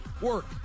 Work